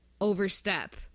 overstep